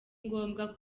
ngombwa